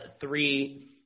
three –